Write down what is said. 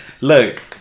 Look